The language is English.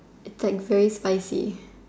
is like very spicy